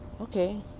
okay